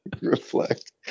reflect